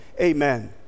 Amen